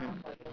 mm